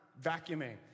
vacuuming